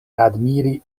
admiri